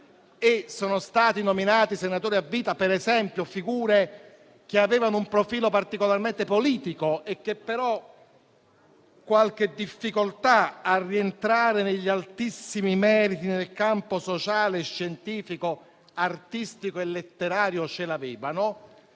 sono stati nominati senatori a vita, per esempio, figure che avevano un profilo particolarmente politico e che però qualche difficoltà a rientrare negli altissimi meriti nel campo sociale, scientifico, artistico e letterario ce l'avevano?",